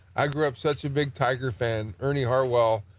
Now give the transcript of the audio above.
i grew up such a big tiger fa and ernie harwell,